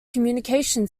communication